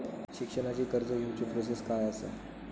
शिक्षणाची कर्ज घेऊची प्रोसेस काय असा?